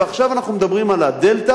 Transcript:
ועכשיו אנחנו מדברים על הדלתא,